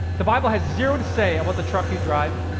the bible has zero to say about the truck you drive,